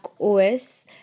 OS